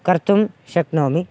कर्तुं शक्नोमि